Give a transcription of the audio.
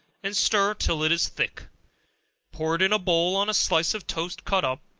and stir till it is thick pour it in a bowl on a slice of toast cut up,